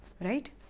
Right